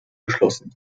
geschlossen